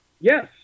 Yes